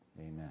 Amen